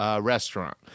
restaurant